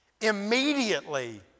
Immediately